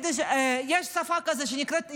יש שפה כזאת שנקראת יידיש.